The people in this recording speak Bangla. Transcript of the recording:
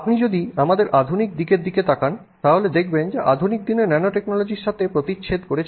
আপনি যদি আমাদের আধুনিক দিনের দিকে তাকান তাহলে দেখবেন যে আধুনিক দিন ন্যানোটেকনোলজির সাথে প্রতিচ্ছেদ করেছে